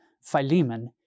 Philemon